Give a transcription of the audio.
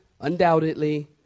undoubtedly